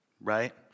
right